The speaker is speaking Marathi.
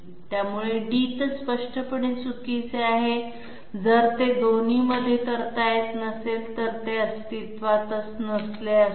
त्यामुळे स्पष्टपणे चुकीचे आहे जर ते दोन्हीमध्ये करता येत नसेल तर ते अस्तित्वात नसते